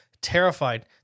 terrified